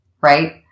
right